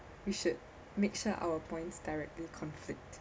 you should mix up our points directly conflict